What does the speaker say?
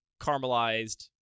caramelized